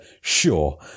sure